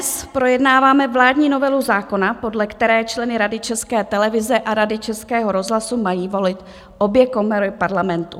Dnes projednáváme vládní novelu zákona, podle které členy Rady České televize a Rady Českého rozhlasu mají volit obě komory Parlamentu.